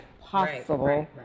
possible